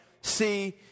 see